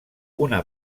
una